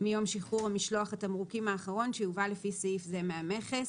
"מיום שחרור משלוח התמרוקים האחרון שיובא לפי סעיף זה מהמכס.